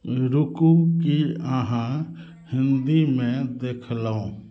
रुकू कि अहाँ हिन्दीमे देखलहुँ